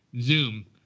Zoom